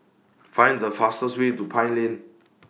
Find The fastest Way to Pine Lane